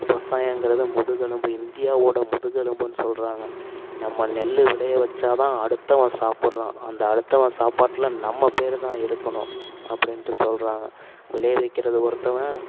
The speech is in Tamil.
விவசாயங்கிறது முதுகெலும்பு இந்தியாவோடய முதுகெலும்புன்னு சொல்கிறாங்க நம்ம நெல் விளைய வச்சால் தான் அடுத்தவன் சாப்பிட்றான் அந்த அடுத்தவன் சாப்பாட்டில் நம்ம பேர் தான் இருக்கணும் அப்படின்ட்டு சொல்கிறாங்க விளைய வைக்கிறது ஒருத்தன்